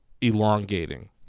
elongating